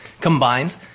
combined